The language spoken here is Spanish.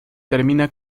termina